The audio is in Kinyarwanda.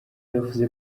yavuze